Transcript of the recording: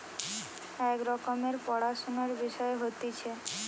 এক রকমের পড়াশুনার বিষয় হতিছে